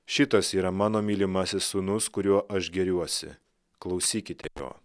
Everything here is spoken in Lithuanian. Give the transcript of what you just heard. šitas yra mano mylimasis sūnus kuriuo aš gėriuosi klausykite jo